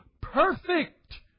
perfect